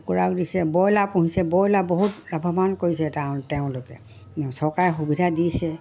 কুকুৰাও দিছে ব্ৰইলাৰ পুহিছে ব্ৰইলাৰ বহুত লাভৱান কৰিছে তেওঁলোকক চৰকাৰে সুবিধা দিছে